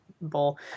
bowl